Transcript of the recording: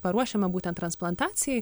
paruošiama būtent transplantacijai